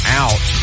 out